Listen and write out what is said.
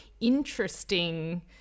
interesting